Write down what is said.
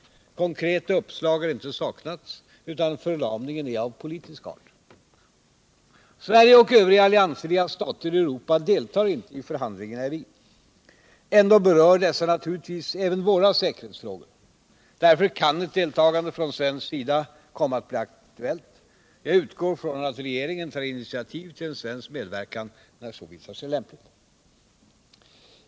Konkreta uppslag har inte saknats, utan förlamningen är av politisk art. Sverige och övriga alliansfria stater i Europa deltar inte i förhandlingarna i Wien. Ändå berör dessa naturligtvis även våra säkerhetsfrågor. Därför kan ett deltagande från svensk sida komma att aktualiseras. Jag utgår från att regeringen tar initiativ till en svensk medverkan när så visar sig lämpligt.